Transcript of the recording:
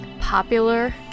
popular